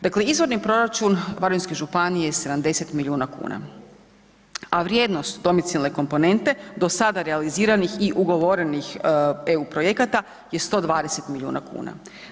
Dakle, izvorni proračun Varaždinske županije je 70 milijuna kuna, a vrijednost domicilne komponente do sada realiziranih i ugovorenih eu projekata je 120 milijuna kuna.